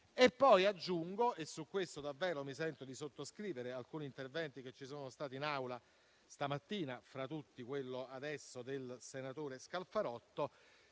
Aggiungo - e su questo davvero mi sento di sottoscrivere alcuni interventi che ci sono stati in Aula stamattina, fra tutti quello del senatore Scalfarotto